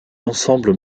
ensemble